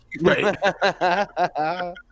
Right